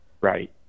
Right